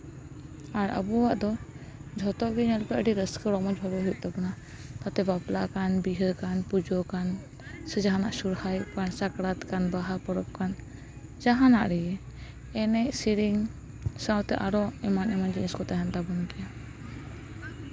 ᱟᱨ ᱟᱵᱚᱣᱟᱜ ᱫᱚ ᱧᱮᱞᱯᱮ ᱡᱚᱛᱚ ᱜᱮ ᱧᱮᱞᱯᱮ ᱟᱹᱰᱤ ᱨᱟᱹᱥᱠᱟᱹᱨᱚᱢᱚᱡᱽ ᱵᱷᱟᱵᱮ ᱦᱩᱭᱩᱜ ᱛᱟᱵᱚᱱᱟ ᱛᱟᱛᱮ ᱵᱟᱯᱞᱟ ᱠᱟᱱ ᱵᱤᱦᱟᱹ ᱠᱟᱱ ᱥᱮ ᱯᱩᱡᱟᱹ ᱠᱟᱱ ᱥᱮ ᱡᱟᱦᱟᱱᱟᱜ ᱥᱚᱨᱦᱟᱭ ᱠᱟᱱ ᱥᱟᱠᱨᱟᱛ ᱠᱟᱱ ᱵᱟᱦᱟ ᱯᱚᱨᱚᱵᱽ ᱠᱟᱱ ᱡᱟᱦᱟᱱᱟᱜ ᱨᱮᱜᱮ ᱮᱱᱮᱡᱼᱥᱮᱨᱮᱧ ᱥᱟᱶᱛᱮ ᱟᱨᱚ ᱮᱢᱟᱱ ᱮᱢᱟᱱ ᱡᱤᱱᱤᱥ ᱠᱚ ᱛᱟᱦᱮᱱ ᱛᱟᱵᱚᱱ ᱜᱮᱭᱟ